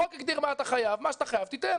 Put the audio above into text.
החוק הגדיר מה אתה חייב, ומה שאתה חייב - תיתן.